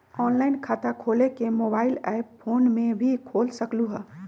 Online खाता खोले के मोबाइल ऐप फोन में भी खोल सकलहु ह?